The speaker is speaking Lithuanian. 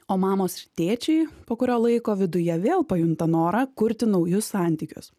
o mamos ir tėčiai po kurio laiko viduje vėl pajunta norą kurti naujus santykius